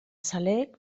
zaleek